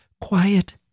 quiet